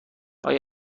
آیا